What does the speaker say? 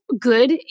good